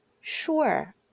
Sure